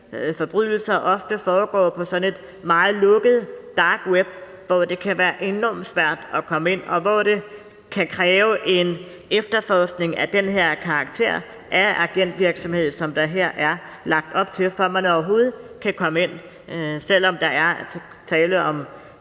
forbrydelser ofte foregår på sådan et meget lukket dark web, hvor det kan være enormt svært at komme ind, og hvor det kan kræve en efterforskning af den her karakter af agentvirksomhed, som der her er lagt op til, for at man overhovedet kan komme ind, selv om der er tale om